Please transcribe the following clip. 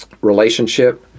relationship